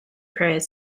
prayers